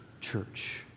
church